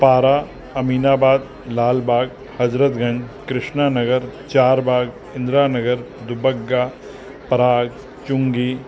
Para Aminabad Lalbagh Hazratganj Krishna Nagar Charbagh Indira Nagar Dubagga Parag Chungi